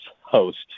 host